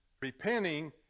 repenting